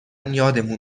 یادمون